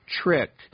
trick